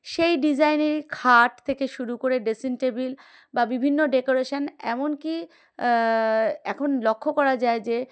সেই ডিজাইনের খাট থেকে শুরু করে ড্রেসিং টেবিল বা বিভিন্ন ডেকোরেশান এমনকি এখন লক্ষ্য করা যায় যে